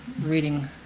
reading